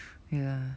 ya